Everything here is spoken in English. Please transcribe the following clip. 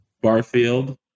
Barfield